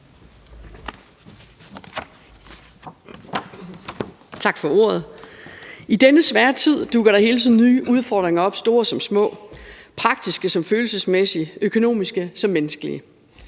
Tak for ordet. I denne svære tid dukker der hele tiden nye udfordringer op, store som små, praktiske som følelsesmæssige, økonomiske som menneskelige.